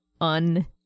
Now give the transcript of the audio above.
un